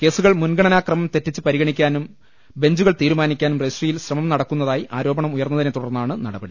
കേസുകൾ മുൻഗണനാ ക്രമം തെറ്റിച്ച് പരിഗ ണിക്കാനും ബെഞ്ചുകൾ തീരുമാനിക്കാനും രജിസ്ട്രിയിൽ ശ്രമം നടക്കുന്നതായി ആരോപണം ഉയർന്നതിനെ തുടർന്നാണ് നടപ ടി